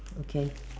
okay